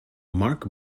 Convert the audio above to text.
marc